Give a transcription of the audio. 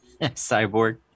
Cyborg